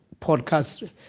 podcast